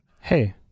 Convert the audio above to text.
Hey